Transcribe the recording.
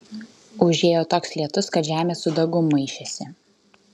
užėjo toks lietus kad žemė su dangum maišėsi